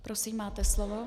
Prosím, máte slovo.